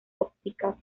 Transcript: ópticas